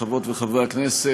חברות וחברי הכנסת,